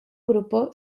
grupo